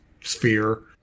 sphere